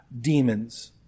demons